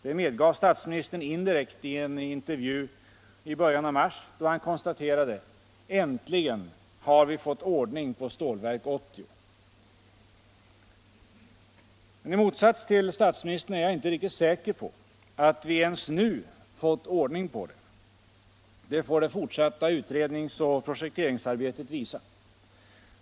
Det medgav statsministern indirekt i en intervju i början av mars då han konstaterade: Äntligen har vi fått ordning på Stålverk 80. Men i motsats till statsministern är jag inte riktigt säker på att vi ens nu fått ordning på det. Det får det fortsatta utredningsoch projekteringsarbetet visa.